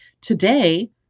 today